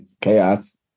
chaos